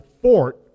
fort